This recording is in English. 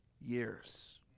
years